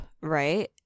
right